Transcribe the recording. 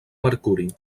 mercuri